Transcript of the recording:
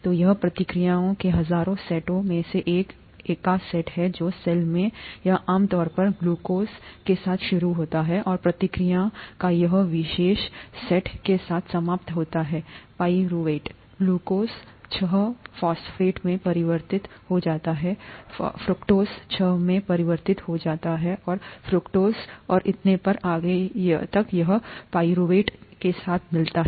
तो यह प्रतिक्रियाओं के हजारों सेटों में से एक का एक सेट है जो सेल में यह आम तौर पर ग्लूकोज के साथ शुरू होता है और प्रतिक्रिया का यह विशेष सेट के साथ समाप्त होता है पाइरूवेट ग्लूकोज ग्लूकोज छह फॉस्फेट में परिवर्तित हो जाता है फ्रुक्टोज छह में परिवर्तित हो जाता है फॉस्फेट और इतने पर और आगे तक यह पाइरूवेट के साथ मिलता है